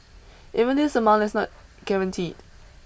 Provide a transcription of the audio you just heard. even this amount is not guaranteed